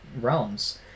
realms